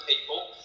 people